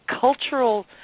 cultural